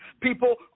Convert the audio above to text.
People